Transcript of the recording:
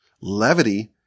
Levity